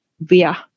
via